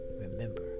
Remember